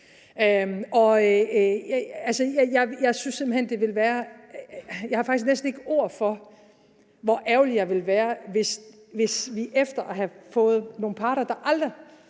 Jeg har faktisk næsten ikke ord for, hvor ærgerlig jeg ville være, hvis vi efter at have fået nogle parter, der aldrig